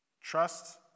Trust